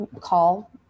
call